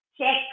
check